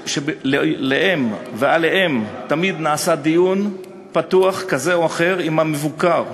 שבהם ועליהם תמיד נערך דיון פתוח כזה או אחר עם המבוקר,